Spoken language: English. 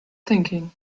thinking